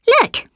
Look